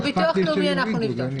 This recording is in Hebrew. את הביטוח הלאומי אנחנו נבדוק.